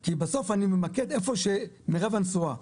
כי בסוף אני ממקד איפה שמירב הנסועה.